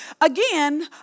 Again